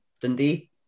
Dundee